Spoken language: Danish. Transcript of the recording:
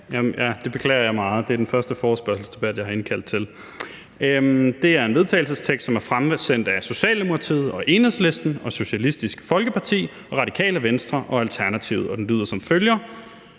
det beklager jeg meget. Det er den første forespørgselsdebat, jeg har indkaldt til. Det er et forslag til vedtagelse, som er fremsat af Socialdemokratiet, Enhedslisten, Socialistisk Folkeparti, Radikale Venstre og Alternativet, og det lyder som følger: